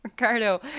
Ricardo